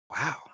Wow